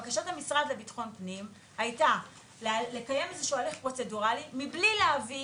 בקשת המשרד לביטחון פנים הייתה לקיים איזשהו הליך פרוצדורלי מבלי להביא